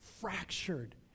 fractured